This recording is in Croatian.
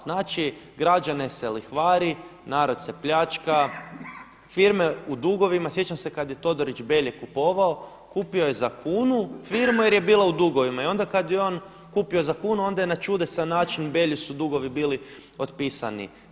Znači građane se lihvari, narod se pljačka, firme u dugovima, sjećam se kada je Todorić Belje kupovao, kupio je za kunu firmu jer je bila u dugovima i onda kada ju je on kupio za kunu onda je na čudesan način Belju su dugovi bili otpisani.